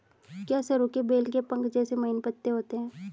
क्या सरु के बेल के पंख जैसे महीन पत्ते होते हैं?